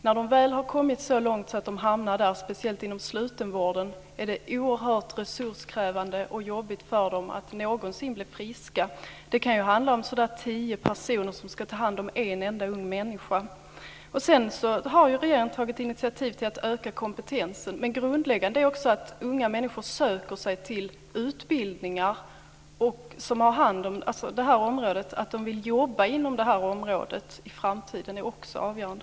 När de väl kommit så långt att de hamnar inom slutenvården är det oerhört resurskrävande och jobbigt för dem att någonsin bli friska. Det kan handla om tio personer som kan ta hand om en enda ung människa. Sedan har regeringen tagit initiativ till att öka kompetensen, men grundläggande är också att unga människor söker sig till utbildningar. Att de vill jobba inom det här området i framtiden är också avgörande.